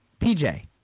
PJ